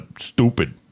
stupid